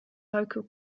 local